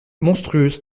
monstrueuse